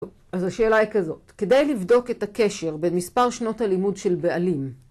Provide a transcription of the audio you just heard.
אז השאלה היא כזאת, כדי לבדוק את הקשר בין מספר שנות הלימוד של בעלים